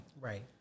right